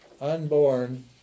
unborn